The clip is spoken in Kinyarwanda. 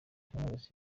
knowless